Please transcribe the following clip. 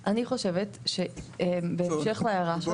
אני חושבת שבהמשך להערה שלך.